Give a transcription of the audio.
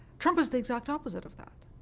trump is the exact opposite of that.